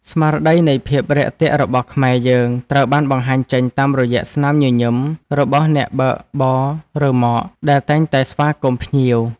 ស្មារតីនៃភាពរាក់ទាក់របស់ខ្មែរយើងត្រូវបានបង្ហាញចេញតាមរយៈស្នាមញញឹមរបស់អ្នកបើកបររ៉ឺម៉កដែលតែងតែស្វាគមន៍ភ្ញៀវ។